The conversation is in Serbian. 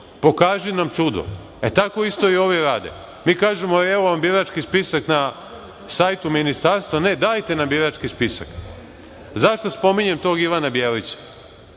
pokaži nam čudo. Tako isto i ovi rade. Mi kažemo - evo vam birački spisak na sajtu Ministarstva. Ne, dajte nam birački spisak.Zašto spominjem tog Ivana Bjelića?